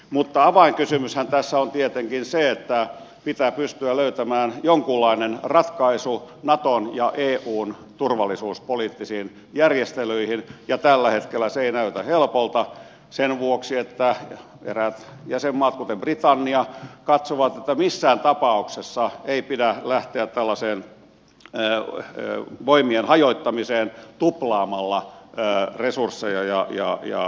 mutta avainkysymyshän tässä on tietenkin se että pitää pystyä löytämään jonkunlainen ratkaisu naton ja eun turvallisuuspoliittisiin järjestelyihin ja tällä hetkellä se ei näytä helpolta sen vuoksi että eräät jäsenmaat kuten britannia katsovat että missään tapauksessa ei pidä lähteä tällaiseen voimien hajottamiseen tuplaamalla resursseja ja voimavaroja